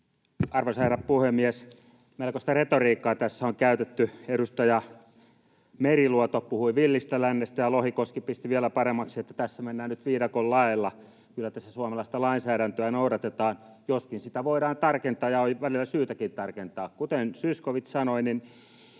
Arvoisa herra puhemies! Melkoista retoriikkaa tässä on käytetty. Edustaja Meriluoto puhui villistä lännestä, ja Lohikoski pisti vielä paremmaksi sillä, että tässä mennään nyt viidakon laeilla. Kyllä tässä suomalaista lainsäädäntöä noudatetaan, joskin sitä voidaan tarkentaa ja on välillä syytäkin tarkentaa. Kuten Zyskowicz sanoi,